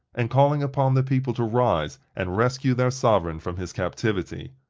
and calling upon the people to rise and rescue their sovereign from his captivity.